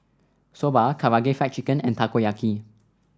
Soba Karaage Fried Chicken and Takoyaki